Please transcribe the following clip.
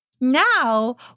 Now